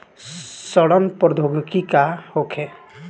सड़न प्रधौगकी का होखे?